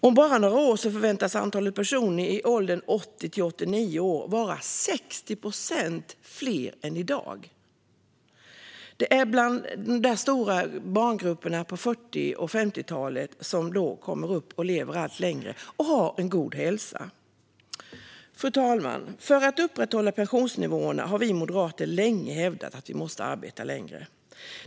Om bara några år förväntas antalet personer i åldern 80-89 år vara 60 procent större än i dag. Det är de stora barngrupperna från 40-talet och 50-talet som då kommer upp i den åldern. Man lever och har god hälsa allt längre. Fru talman! För att upprätthålla pensionsnivåerna har vi moderater länge hävdat att man måste arbeta längre.